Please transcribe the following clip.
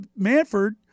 Manford